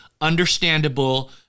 understandable